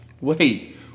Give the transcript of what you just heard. Wait